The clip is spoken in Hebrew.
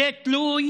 זה תלוי